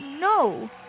No